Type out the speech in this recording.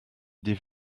des